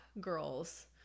girls